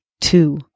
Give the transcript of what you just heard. two